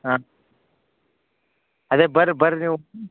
ಹಾಂ ಅದೆ ಬರ್ ಬರ್ರಿ ನೀವು